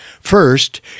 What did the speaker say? First